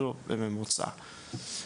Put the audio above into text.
שוב, בממוצע.